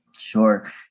Sure